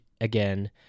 again